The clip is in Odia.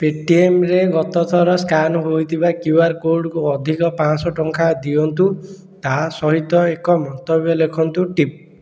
ପେଟିଏମ୍ରେ ଗତ ଥର ସ୍କାନ୍ ହୋଇଥିବା କ୍ୟୁଆର୍ କୋଡ଼୍କୁ ଅଧିକ ପାଆଁଶହ ଟଙ୍କା ଦିଅନ୍ତୁ ତା ସହିତ ଏକ ମନ୍ତବ୍ୟ ଲେଖନ୍ତୁ ଟିପ୍